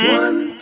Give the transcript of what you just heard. one